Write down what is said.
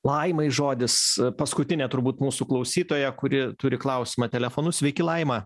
laimai žodis paskutinė turbūt mūsų klausytoja kuri turi klausimą telefonu sveiki laima